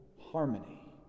harmony